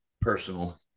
personal